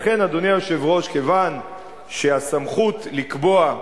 לכן, אדוני היושב-ראש, כיוון שהסמכות לקבוע,